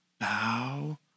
bow